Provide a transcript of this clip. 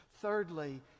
Thirdly